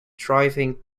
thriving